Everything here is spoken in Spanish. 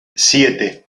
siete